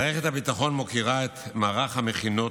מערכת הביטחון מוקירה את מערך המכינות,